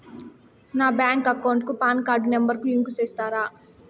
నా bank account కు PAN card number ను లింకు సేస్తారా?